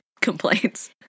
complaints